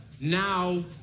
Now